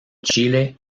chile